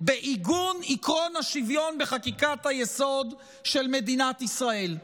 בעיגון עקרון השוויון בחקיקת היסוד של מדינת ישראל?